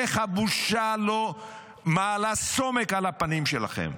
איך הבושה לא מעלה סומק על הפנים שלכם?